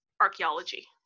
archaeology